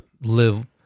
live